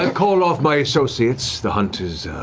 and called off my associates. the hunt is